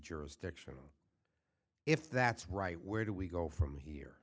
jurisdictional if that's right where do we go from here